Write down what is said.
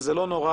וזה לא נורא.